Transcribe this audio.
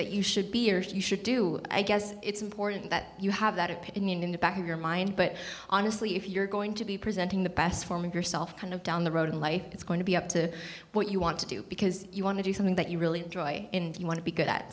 that you should be or she should do i guess it's important that you have that opinion in the back of your mind but honestly if you're going to be presenting the best form of yourself kind of down the road in life it's going to be up to what you want to do because you want to do something that you really enjoy and you want to be good at